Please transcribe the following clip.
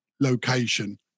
location